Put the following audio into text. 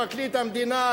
פרקליט המדינה,